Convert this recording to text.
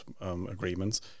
agreements